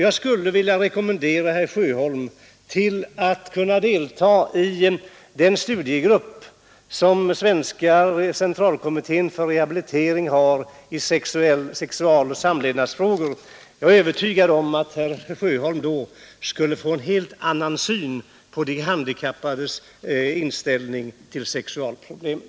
Jag vill rekommendera herr Sjöholm att delta i den studiegrupp som Svenska centralkommittén för rehabilitering har i sexualoch samlevnadsfrågor. Jag är övertygad om att herr Sjöholm då skulle få en helt annan syn på de handikappades inställning till sexualproblemen.